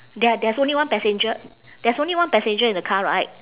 there are there's only one passenger there's only one passenger in the car right